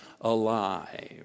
alive